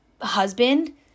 husband